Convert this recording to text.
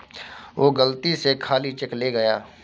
वो गलती से खाली चेक ले गया